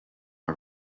are